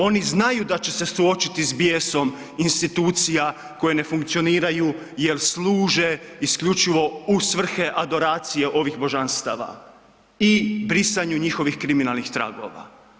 Oni znaju da će se suočiti sa bijesom institucija koje ne funkcioniraju jel služe isključivo u svrhe adoracije ovih božanstava i brisanju njihovih kriminalnih tragova.